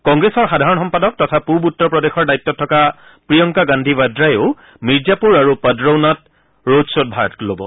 কংগ্ৰেছৰ সাধাৰণ সম্পাদক তথা পূব উত্তৰ প্ৰদেশৰ দায়িত্বত থকা প্ৰিয়ংকা গান্ধী ৱাদ্ৰাইও মিৰ্জাপুৰ আৰু পদৰৌণাত ৰড শ্বত ভাগ ল'ব